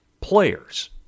players